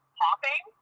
popping